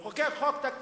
לחוקק חוק תקציבי,